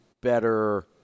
better